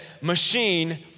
machine